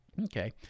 Okay